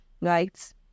right